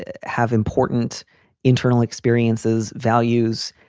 have important internal experiences, values,